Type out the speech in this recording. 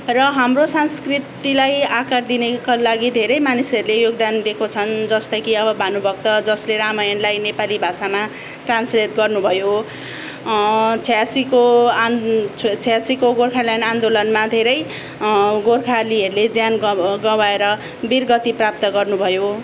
र हाम्रो संस्कृतिलाई आकार दिनका लागि धेरै मानिसहरूले योगदान दिएको छन् जस्तै कि अब भानुभक्त जसले रामायणलाई नेपाली भाषामा ट्रान्सलेट गर्नुभयो छ्यासीको आन् छ्यासीको गोर्खाल्यान्ड आन्दोलनमा धेरै गार्खालीहरूले ज्यान गव गुमाएर वीरगति प्राप्त गर्नुभयो